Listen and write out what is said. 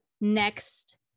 next